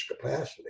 capacity